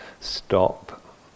stop